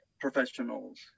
professionals